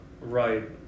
right